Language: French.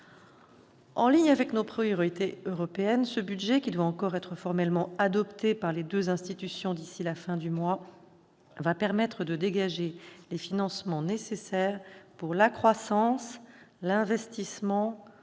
En ligne avec nos priorités européennes, ce budget, qui doit encore être formellement adopté par les deux institutions d'ici à la fin du mois, permettra de dégager les financements nécessaires pour la croissance, l'investissement,